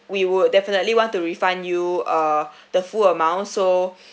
we would definitely want to refund you uh the full amount so